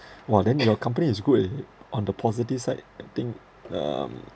!wah! then your company is good eh on the positive side I think um